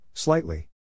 Slightly